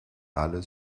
alle